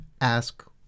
ask